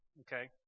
okay